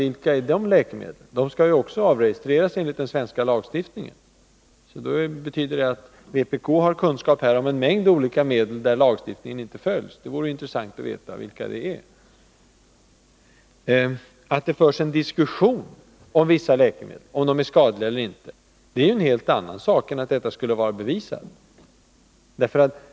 Om det finns sådana, skall de enligt den svenska lagstiftningen avregistreras. Vpk har här tydligen kunskaper om en mängd olika medel som inte uppfyller kraven i lagstiftningen. Det vore intressant att få veta vilka det är. Att det förs en diskussion om huruvida vissa läkemedel är skadliga eller inte är en helt annan sak än att det skulle vara bevisat att de verkligen är skadliga.